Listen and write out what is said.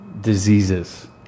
diseases